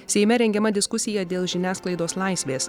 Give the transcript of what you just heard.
seime rengiama diskusija dėl žiniasklaidos laisvės